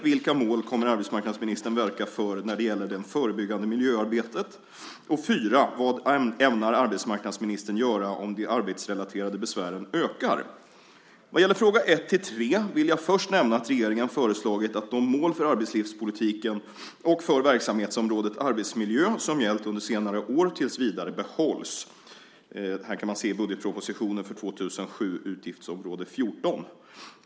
Vilka mål kommer arbetsmarknadsministern att verka för när det gäller det förebyggande arbetsmiljöarbetet? 4. Vad ämnar arbetsmarknadsministern göra om de arbetsrelaterade besvären ökar? Vad gäller frågorna 1-3 vill jag först nämna att regeringen föreslagit att de mål för arbetslivspolitiken och för verksamhetsområdet arbetsmiljö som gällt under senare år tills vidare behålls .